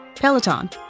Peloton